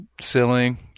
ceiling